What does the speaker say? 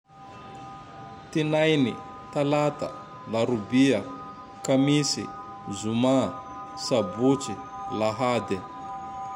Tinainy, talata, larobia, kamisy, zoma, sabotsy, lahady.